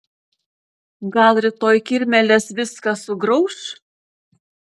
gal rytoj kirmėlės viską sugrauš